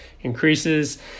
increases